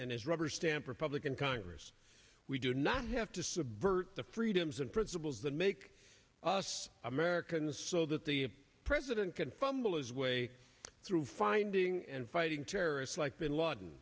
and his rubberstamp republican congress we do not have to subvert the freedoms and principles that make us americans so that the president can fumble his way through finding and fighting terrorists like bin laden